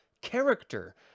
character